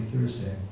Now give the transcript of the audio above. Thursday